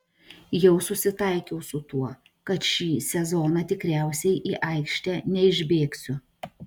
jau susitaikiau su tuo kad šį sezoną tikriausiai į aikštę neišbėgsiu